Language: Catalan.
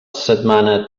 setmana